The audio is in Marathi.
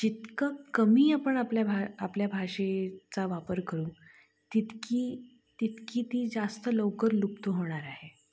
जितकं कमी आपण आपल्या भा आपल्या भाषेचा वापर करू तितकी तितकी ती जास्त लवकर लुप्त होणार आहे